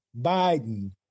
Biden